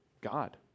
God